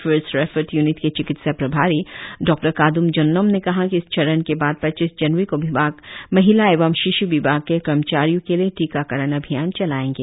first referred unit के चिकित्सा प्रभारी डॉ कादूम जोन्नम ने कहा कि इस चरण के बाद पच्चीस जनवरी को विभाग महिला एवं शिश् विभाग के कर्मचारियों के लिए टीकाकरण अभियान चलाएंगे